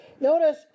Notice